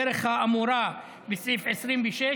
בדרך האמורה בסעיף 26,